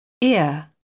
Ear